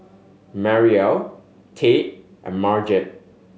Mariel Tate and Marget